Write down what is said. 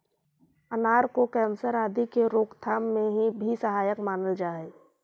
अनार को कैंसर आदि के रोकथाम में भी सहायक मानल जा हई